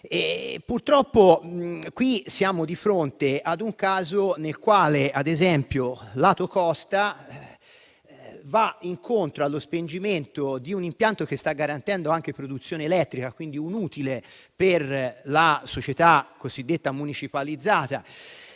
Purtroppo qui siamo di fronte ad un caso nel quale, ad esempio, lato costa, si va incontro allo spegnimento di un impianto che sta garantendo produzione elettrica, quindi un utile per la società municipalizzata,